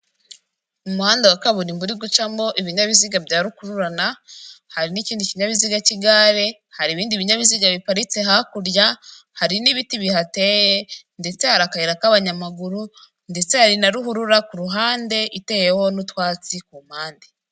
Umuhanda wa kaburimbo uri gucamo ibinyabiziga bya rukururana, hari n'ikindi kinyabiziga cy'igare, hari ibindi binyabiziga biparitse hakurya, hari n'ibiti bihateye ndetse hari akayira k'abanyamaguru ndetse hari na ruhurura ku ruhande iteyeho n'utwatsi ku mpande.